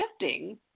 shifting